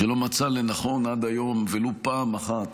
שלא מצאה לנכון עד היום ולו פעם אחת